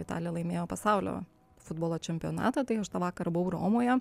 italija laimėjo pasaulio futbolo čempionatą tai aš tą vakarą buvau romoje